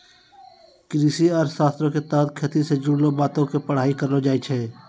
कृषि अर्थशास्त्रो के तहत खेती से जुड़लो बातो के पढ़ाई करलो जाय छै